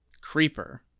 Creeper